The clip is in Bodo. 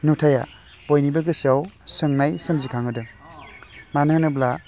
नुथाइया बयनिबो गोसोआव सोंनाय सोमजिखांहोदों मानो होनोब्ला